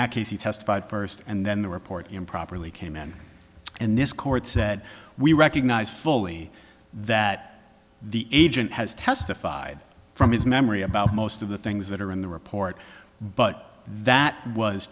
that case he testified first and then the report improperly came in and this court said we recognize fully that the agent has testified from his memory about most of the things that are in the report but that was